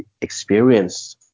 experience